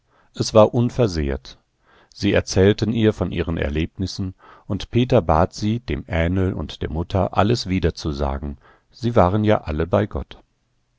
es war unversehrt sie erzählten ihr von ihren erlebnissen und peter bat sie dem ähnl und der mutter alles wiederzusagen sie waren ja alle bei gott